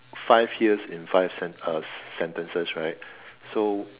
five years in five sent~ uh sentences right so